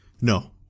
No